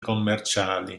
commerciali